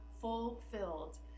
fulfilled